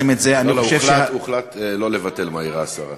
הכלל הראשון